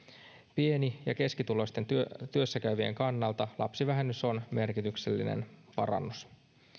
pieni ja keskituloisten työssäkäyvien kannalta lapsivähennys on merkityksellinen parannus